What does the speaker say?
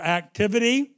activity